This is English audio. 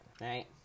Right